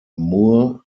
moore